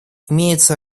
имеется